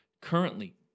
currently